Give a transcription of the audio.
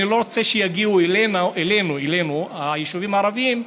אני לא רוצה שיגיעו אלינו, ליישובים הערביים,